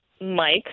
Mike